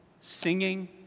singing